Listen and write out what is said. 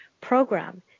program